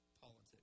politics